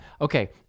Okay